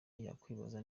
yakwibaza